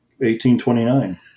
1829